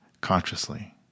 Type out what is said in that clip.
consciously